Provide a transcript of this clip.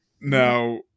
Now